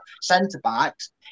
centre-backs